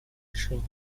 решение